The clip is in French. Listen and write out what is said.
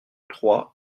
trois